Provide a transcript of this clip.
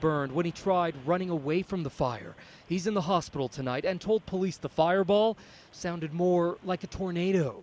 burned when he tried running away from the fire he's in the hospital tonight and told police the fire ball sounded more like a tornado